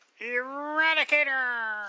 Eradicator